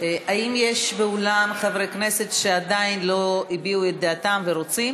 האם יש באולם חברי כנסת שעדיין לא הביעו את דעתם ורוצים?